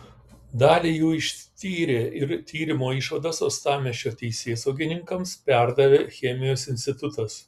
dalį jų ištyrė ir tyrimo išvadas uostamiesčio teisėsaugininkams perdavė chemijos institutas